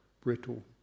brittle